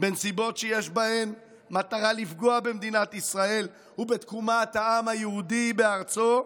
בנסיבות שיש בהן מטרה לפגוע במדינת ישראל ובתקומת העם היהודי בארצו,